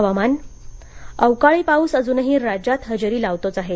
हवामान अवकाळी पाऊस अजूनही राज्यात हजेरी लावतोच आहे